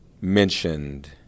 mentioned